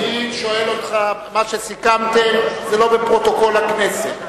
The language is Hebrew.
מה שסיכמתם זה לא בפרוטוקול הכנסת.